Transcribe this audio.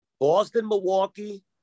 Boston-Milwaukee